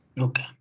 Okay